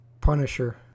Punisher